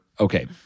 Okay